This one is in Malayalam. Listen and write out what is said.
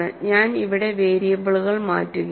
ഞാൻ ഇവിടെ വേരിയബിളുകൾ മാറ്റുകയാണ്